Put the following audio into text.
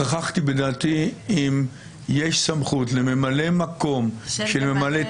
התלבטתי אם יש סמכות לממלא מקום של ממלאת